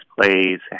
plays